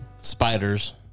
Spiders